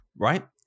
right